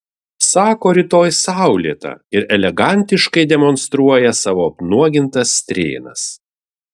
sako rytoj saulėta ir elegantiškai demonstruoja savo apnuogintas strėnas